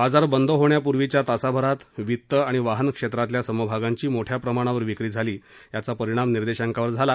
बाजार बंद होण्यापूर्वीच्या तासाभरात वित्त आणि वाहन क्षेत्रातल्या समभागांची मोठ्या प्रमाणावर विक्री झाली याचा परिणाम निर्देशांकावर झाला